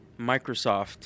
Microsoft